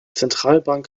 zentralbank